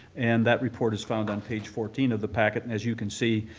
and that report is found on page fourteen of the packet, and as you can see,